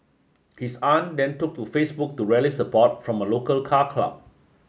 his aunt then took to Facebook to rally support from a local car club